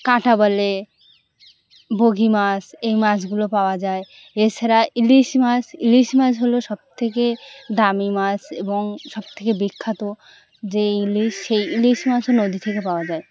কাঁঠা বলে বগি মাছ এই মাছগুলো পাওয়া যায় এছাড়া ইলিশ মাছ ইলিশ মাছ হলো সবথেকে দামি মাছ এবং সবথেকে বিখ্যাত যে ইলিশ সেই ইলিশ মাছও নদী থেকে পাওয়া যায়